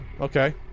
Okay